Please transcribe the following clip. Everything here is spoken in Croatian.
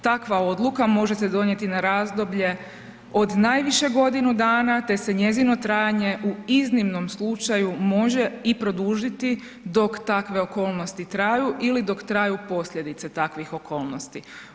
Takva odluka može se donijeti na razdoblje od najviše godinu dana te se njezino trajanje u iznimnom slučaju može i produžiti dok takve okolnosti traju ili dok traju posljedice takvih okolnosti.